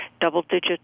double-digit